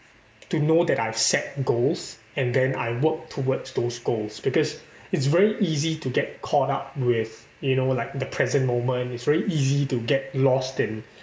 to know that I've set goals and then I work towards those goals because it's very easy to get caught up with you know like the present moment it's very easy to get lost in